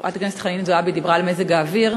חברת הכנסת חנין זועבי דיברה על מזג האוויר.